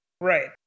Right